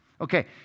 Okay